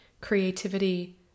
creativity